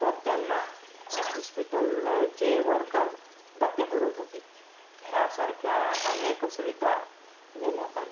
तर त्यांना हॉस्पिटलचे वर्कर डबे पुरवत होते ह्यासारख्या अनेक सुविधा देण्यात आल्या